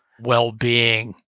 well-being